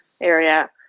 area